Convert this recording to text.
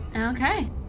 Okay